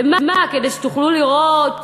למה, כדי שתוכלו לראות